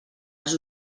els